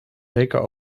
zeker